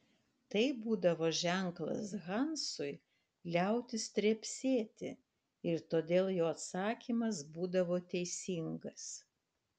tai būdavo ženklas hansui liautis trepsėti ir todėl jo atsakymas būdavo teisingas